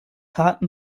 harten